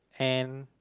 and